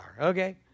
Okay